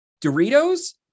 Doritos